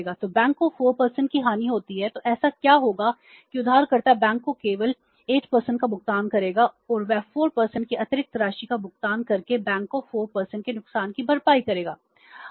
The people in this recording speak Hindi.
तो बैंक को 4 की हानि होती है तो ऐसा क्या होगा कि उधारकर्ता बैंक को केवल 8 का भुगतान करेगा और वे 4 की अतिरिक्त राशि का भुगतान करके बैंक को 4 के नुकसान की भरपाई करेंगे